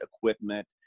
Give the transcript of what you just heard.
equipment